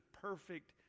perfect